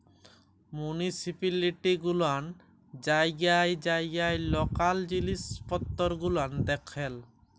municipality গুলান জায়গায় জায়গায় লকাল জিলিস পত্তর গুলান দেখেল